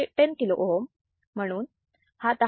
म्हणून हा 10 kilo ohms